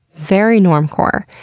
very normcore.